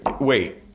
Wait